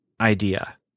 idea